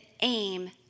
aim